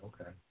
Okay